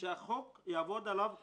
שהחוק יעבוד עליו,